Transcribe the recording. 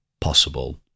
possible